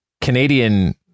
Canadian